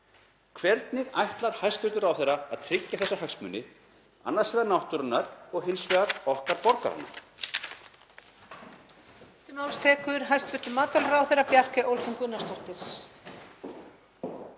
Hvernig ætlar hæstv. ráðherra að tryggja þessa hagsmuni, annars vegar náttúrunnar og hins vegar okkar borgaranna?